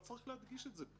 לא צריך להדגיש את זה פה.